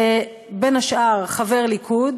בין השאר חבר ליכוד.